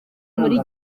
muri